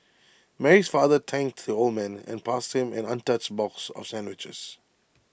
Mary's father thanked the old man and passed him an untouched box of sandwiches